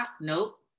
nope